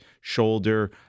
shoulder